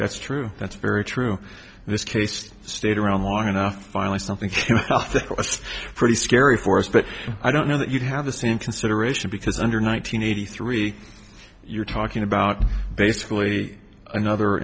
that's true that's very true in this case stayed around long enough finally something that's pretty scary for us but i don't know that you'd have the same consideration because under nine hundred eighty three you're talking about basically another